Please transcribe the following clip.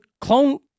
clone